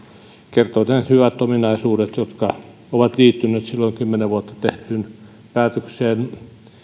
kertoneet hyvät ominaisuudet jotka ovat liittyneet silloin kymmenen vuotta sitten tehtyyn päätökseen